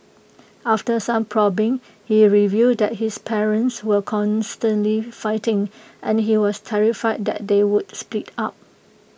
after some probing he revealed that his parents were constantly fighting and he was terrified that they would split up